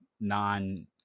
non